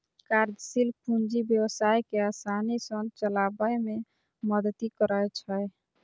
कार्यशील पूंजी व्यवसाय कें आसानी सं चलाबै मे मदति करै छै